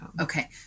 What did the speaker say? okay